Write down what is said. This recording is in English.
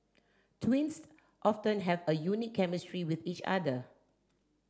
twins have a unique chemistry with each other